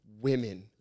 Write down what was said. women